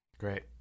great